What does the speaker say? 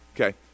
Okay